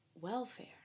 welfare